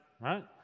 right